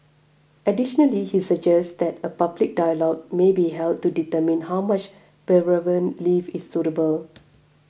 additionally he suggests that a public dialogue may be held to determine how much bereavement leave is suitable